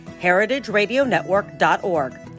heritageradionetwork.org